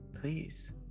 Please